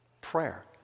prayer